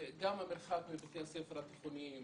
גם המרחק מבתי הספר התיכוניים,